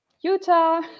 Utah